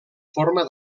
forma